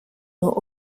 nur